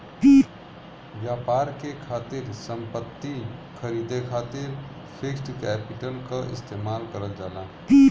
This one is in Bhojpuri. व्यापार के खातिर संपत्ति खरीदे खातिर फिक्स्ड कैपिटल क इस्तेमाल करल जाला